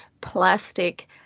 plastic